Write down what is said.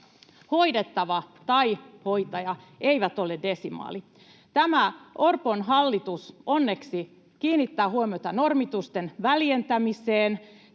Hoidettava tai hoitaja eivät ole desimaali. Tämä Orpon hallitus onneksi kiinnittää huomiota normitusten väljentämiseen,